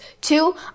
Two